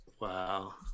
Wow